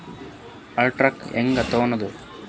Account ಹ್ಯಾಂಗ ತೆಗ್ಯಾದು?